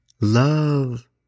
Love